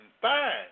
fine